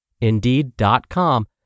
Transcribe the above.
Indeed.com